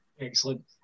Excellent